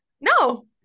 No